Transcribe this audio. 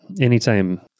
Anytime